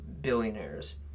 billionaires